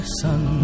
sun